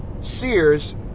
Sears